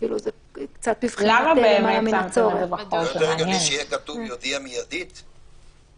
מצד שני, מה זה אומר הלכה למעשה כלפי אותם אנשים?